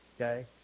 Okay